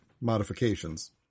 modifications